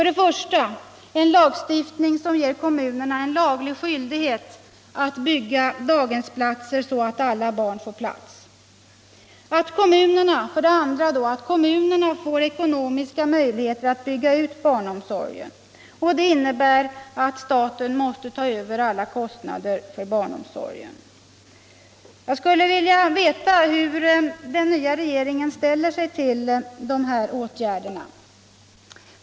Den första är en lagstiftning som ger kommunerna en laglig skyldighet att bygga daghemsplatser så att alla barn får plats. Den andra är att kommunerna ges ekonomiska möjligheter att bygga ut barnomsorgen. Det innebär att staten måste ta över alla kostnader för barnomsorgen. Jag skulle vilja veta hur den nya regeringen ställer sig till dessa åtgärder.